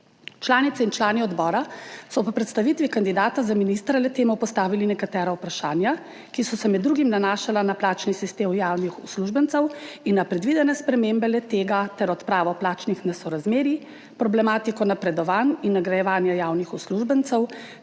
Članice in člani odbora so po predstavitvi kandidata za ministra le tem postavili nekatera vprašanja, ki so se med drugim nanašala na plačni sistem javnih uslužbencev in na predvidene spremembe le tega ter odpravo plačnih nesorazmerij, problematiko napredovanj in nagrajevanja javnih uslužbencev